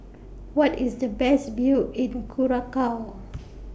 What IS The Best View in Curacao